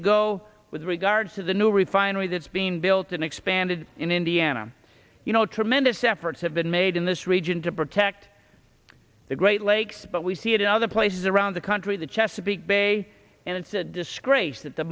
ago with regards to the new refinery that's being built and expanded in indiana you know tremendous efforts have been made in this region to protect the great lakes but we see it in other places around the country the chesapeake bay and it's a disgrace that the